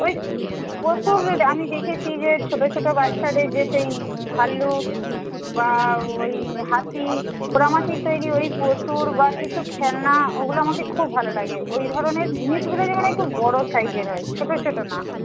ওই প্রচুর আমি দেখেছি যে ছোটো ছোটো বাচ্চাদের যে সেই ভালুক বা ওই হাতি পোড়ামাটির তৈরি ওই পশুর বা কিছু খেলনা ওগুলো আমাকে খুব ভালো লাগে ওই ধরনের জিনিসগুলো যেমন একটু বড় সাইজের হয় ছোটো ছোটো না হয়